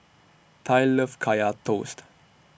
Tai loves Kaya Toast